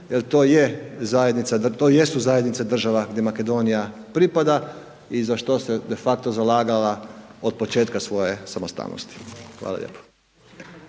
to jesu zajednice država gdje Makedonija pripada i za što se de facto zalagala od početka svoje samostalnosti. Hvala lijepa.